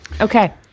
Okay